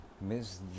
miss